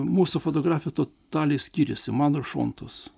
mūsų fotografijų totaliai skyrėsi mano šontos